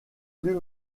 plus